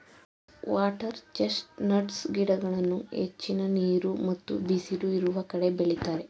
water chest nuts ಗಿಡಗಳನ್ನು ಹೆಚ್ಚಿನ ನೀರು ಮತ್ತು ಬಿಸಿಲು ಇರುವ ಕಡೆ ಬೆಳಿತರೆ